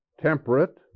temperate